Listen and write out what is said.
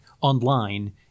online